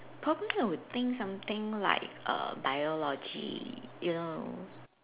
probably I would think something like err biology you know